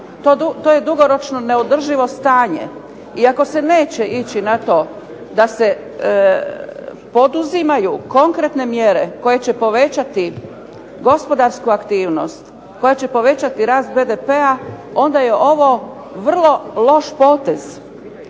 To je dugoročno neodrživo stanje i ako se neće ići na to da se poduzimaju konkretne mjere koje će povećati gospodarsku aktivnost, koja će povećati rast BDP-a, onda je ovo vrlo loš potez.